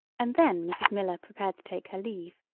and then mrs. miller prepared to take her leave.